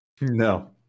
No